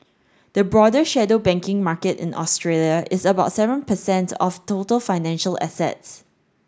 the broader shadow banking market in Australia is about seven per cent of total financial assets